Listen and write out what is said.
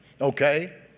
Okay